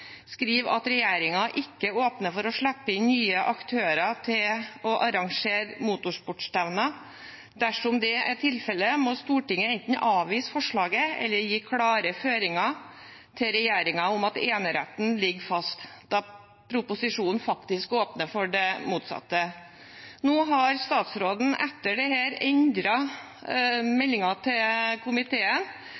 skriver at regjeringen ikke åpner for å slippe inn nye aktører til å arrangere motorsportstevner. Dersom det er tilfellet, må Stortinget enten avvise forslaget eller gi klare føringer til regjeringen om at eneretten ligger fast, da proposisjonen de facto åpner for det motsatte». Nå har statsråden etter